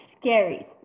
scary